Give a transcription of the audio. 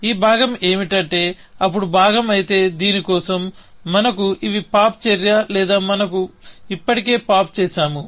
ఈ భాగం ఏమిటంటే అప్పుడు భాగం అయితే దీని కోసం మనకు ఇవి పాప్ చర్య లేదా మనం ఇప్పటికే పాప్ చేసాము